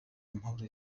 amahoro